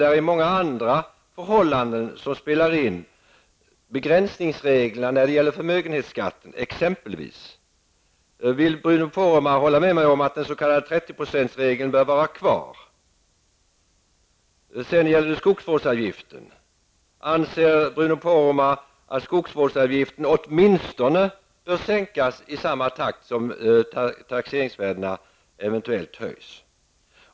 Det finns många andra förhållanden som spelar in, exempelvis begränsningsreglerna när det gäller förmögenhetsskatten. Vill Bruno Poromaa hålla med mig om att det s.k. 30 procentsregeln bör vara kvar? Sedan till frågan om skogsvårdsavgiften. Anser Bruno Poromaa att skogsvårdsavgiften åtminstone bör sänkas i samma takt som taxeringsvärdena eventuellt höjs?